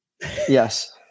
yes